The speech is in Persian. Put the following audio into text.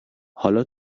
حالا